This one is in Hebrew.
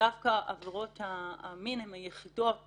שדווקא עבירות המין הן היחידות